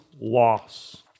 loss